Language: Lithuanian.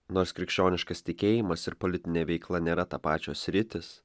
nors krikščioniškas tikėjimas ir politinė veikla nėra tapačios sritis